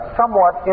somewhat